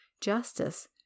Justice